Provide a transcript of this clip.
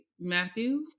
Matthew